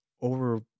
over